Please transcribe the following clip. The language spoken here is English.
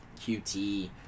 QT